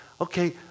Okay